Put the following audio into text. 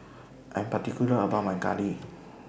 I Am particular about My Curry